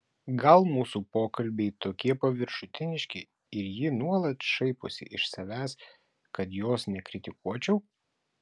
gal mūsų pokalbiai tokie paviršutiniški ir ji nuolat šaiposi iš savęs kad jos nekritikuočiau